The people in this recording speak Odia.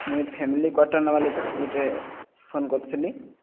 ମୁଁ ଫ୍ୟାମିଲି କ୍ୱାଟର ନେବା ଲାଗି ଗୋଟେ ଫୋନ କରିଥିଲି